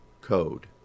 code